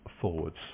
forwards